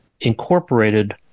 incorporated